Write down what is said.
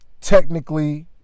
technically